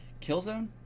Killzone